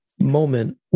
moment